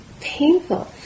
painful